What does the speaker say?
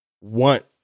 want